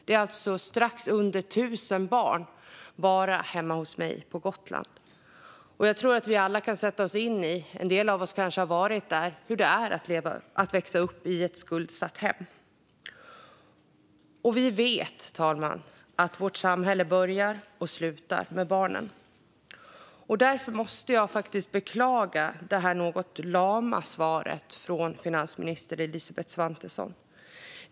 Det är alltså strax under tusen barn bara hemma hos mig på Gotland. Jag tror att vi alla kan sätta oss in i - en del av oss kanske har varit där - hur det är att växa upp i ett skuldsatt hem. Herr talman! Vi vet att vårt samhälle börjar och slutar med barnen. Därför måste jag beklaga detta något lama svar från finansminister Elisabeth Svantesson.